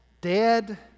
dead